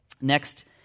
Next